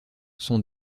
sont